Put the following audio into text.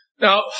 Now